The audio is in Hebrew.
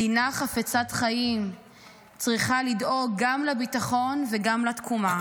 מדינת חפצת חיים צריכה לדאוג גם לביטחון וגם לתקומה